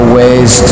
ways